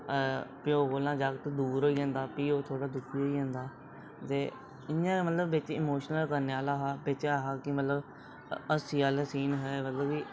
प्यो कोला जागत दूर होई जंदा भी ओह थोह्ड़ा दुखी होई जंदा ते इ'यां गै मतलब बिच इमोशनल करने आह्ला हा बिच एह् हा कि मतलब हास्सै आह्ले सीन हे मतलब कि